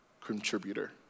contributor